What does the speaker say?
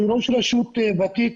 אני ראש רשות ותיק,